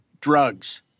drugs